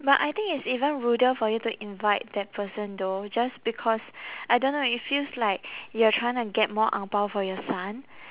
but I think it's even ruder for you to invite that person though just because I don't know it feels like you're trying to get more ang bao for your son